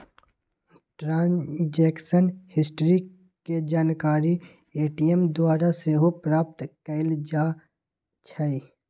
transaction history के जानकारी ATM द्वारा सेहो प्राप्त कएल जाइ छइ